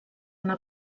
una